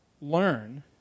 learn